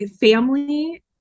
family